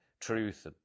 truth